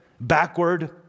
backward